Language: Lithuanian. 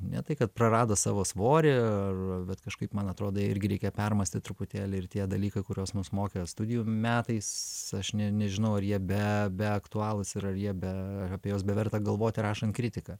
ne tai kad prarado savo svorį ar bet kažkaip man atrodo irgi reikia permąstyt truputėlį ir tie dalykai kuriuos mus mokė studijų metais aš nė nežinau ar jie be be aktualūs yra jie be apie juos be verta galvoti rašant kritiką